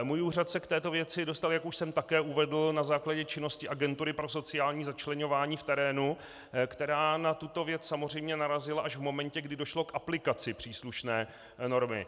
Můj úřad se k této věci dostal, jak už jsem také uvedl, na základě činnosti Agentury pro sociální začleňování v terénu, která na tuto věc samozřejmě narazila až v momentě, kdy došlo k aplikaci příslušné normy.